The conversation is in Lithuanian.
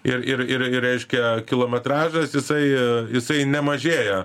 ir ir ir ir reiškia kilometražas jisai jisai nemažėja